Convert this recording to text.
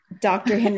Dr